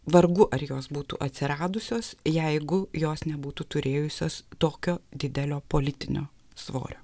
vargu ar jos būtų atsiradusios jeigu jos nebūtų turėjusios tokio didelio politinio svorio